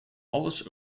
alles